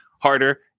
harder